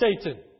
Satan